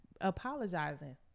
apologizing